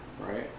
right